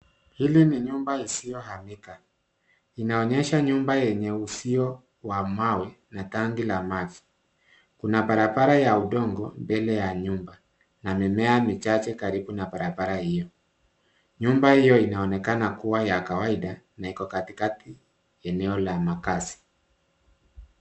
Hili ni nyumba isiyo hamika. Inaonyesha nyumba yenye uzio wa mawe na tangi la maji. Kuna barabara ya udongo, mbele ya nyumba na mimea michache karibu na barabara hiyo. Nyumba iyo inaonekana kuwa ya kawaida na iko katikati ya eneo la makazi.